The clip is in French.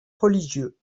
religieux